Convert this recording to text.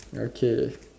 okay